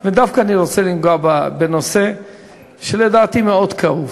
ואני דווקא רוצה לנגוע בנושא שלדעתי הוא מאוד כאוב.